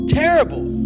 terrible